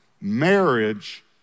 Marriage